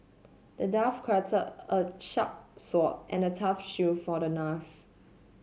the dwarf crafted a sharp sword and a tough shield for the